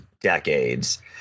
decades